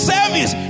Service